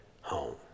home